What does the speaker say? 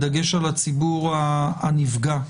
בדגש על הציבור הנפגע.